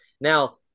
now